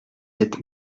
sept